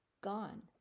gone